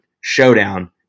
showdown